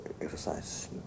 exercise